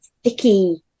sticky